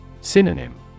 Synonym